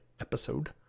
episode